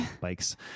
Bikes